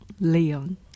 Leon